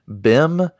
Bim